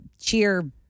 cheer